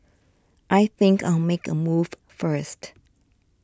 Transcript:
I think I'll make a move first